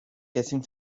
getting